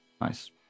nice